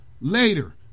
Later